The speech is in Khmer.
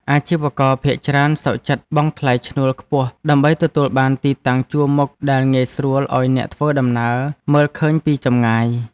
អាជីវករភាគច្រើនសុខចិត្តបង់ថ្លៃឈ្នួលខ្ពស់ដើម្បីទទួលបានទីតាំងជួរមុខដែលងាយស្រួលឱ្យអ្នកធ្វើដំណើរមើលឃើញពីចម្ងាយ។